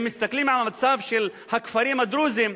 אם מסתכלים על המצב של הכפרים הדרוזיים,